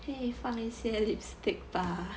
可以放一些 lipstick mah